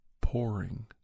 pouring